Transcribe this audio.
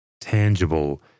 tangible